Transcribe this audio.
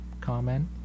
Comment